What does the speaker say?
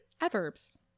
Adverbs